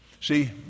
See